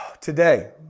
today